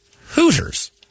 Hooters